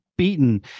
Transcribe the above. beaten